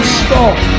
stop